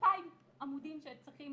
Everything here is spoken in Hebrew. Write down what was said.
ל-2,000 עמודים שצריכים